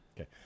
Okay